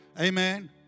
amen